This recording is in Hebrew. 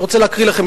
אני רוצה להקריא לכם,